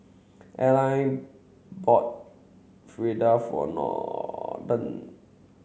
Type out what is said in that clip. Arline bought Fritada for Norton